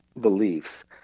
beliefs